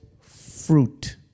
fruit